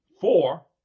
four